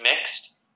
mixed